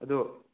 ꯑꯗꯣ